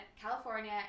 california